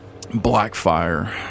Blackfire